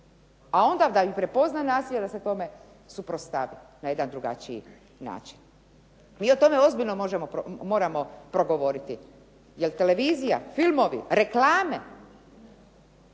a onda da prepozna nasilje i da se tome suprotstavi na jedan drugačiji način. Mi o tome ozbiljno moramo progovoriti, jer televizija, filmovi, reklame